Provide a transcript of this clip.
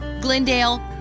Glendale